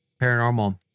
paranormal